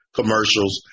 commercials